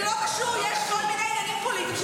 זה לא קשור, יש כל מיני עניינים פוליטיים.